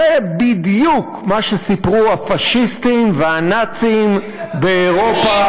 בדיוק מה שסיפרו הפאשיסטים והנאצים באירופה,